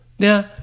Now